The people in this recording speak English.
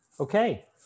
Okay